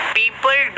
people